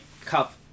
cup